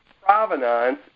provenance